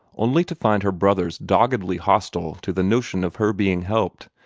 only to find her brothers doggedly hostile to the notion of her being helped,